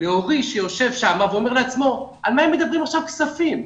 לאורי שיושב שם ואומר לעצמו: מה הם מדברים עכשיו על כספים,